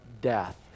death